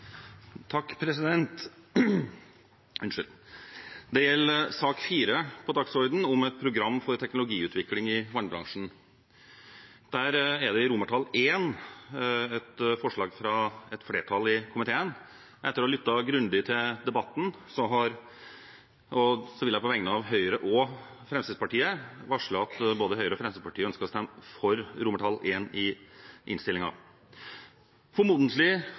Takk for samarbeidet, og jeg lover å øve mye på tubaen i sommer. Flere har ikke bedt om ordet til sak nr. 18. Det gjelder sak nr. 4 på dagsordenen om et program for teknologiutvikling i vannbransjen. Der er det i innstillingens I et forslag fra et flertall i komiteen. Etter å ha lyttet grundig til debatten vil jeg på vegne av Høyre og Fremskrittspartiet varsle at både Høyre og Fremskrittspartiet ønsker å